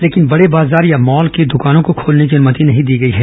लेकिन बड़े बाजार या मॉल की दुकानों को खोलने की अनुमति नहीं दी गई है